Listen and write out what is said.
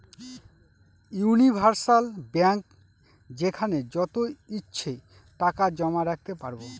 universal bank যেখানে যত ইচ্ছে টাকা জমা রাখতে পারবো